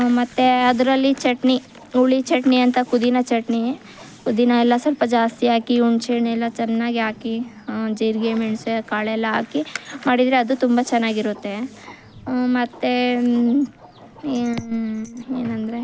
ಮತ್ತು ಅದರಲ್ಲಿ ಚಟ್ನಿ ಹುಳಿ ಚಟ್ನಿ ಅಂತ ಪುದೀನ ಚಟ್ನಿ ಪುದೀನ ಎಲ್ಲ ಸ್ವಲ್ಪ ಜಾಸ್ತಿ ಹಾಕಿ ಹುಣಸೇ ಹಣ್ಣೆಲ್ಲ ಚೆನ್ನಾಗಿ ಹಾಕಿ ಜೀರಿಗೆ ಮೆಣಸು ಕಾಳೆಲ್ಲ ಹಾಕಿ ಮಾಡಿದರೆ ಅದು ತುಂಬ ಚೆನ್ನಾಗಿರುತ್ತೆ ಮತ್ತೆ ಏನೆಂದರೆ